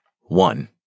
One